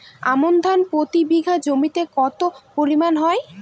আমন ধান প্রতি বিঘা জমিতে কতো পরিমাণ হয়?